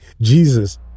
Jesus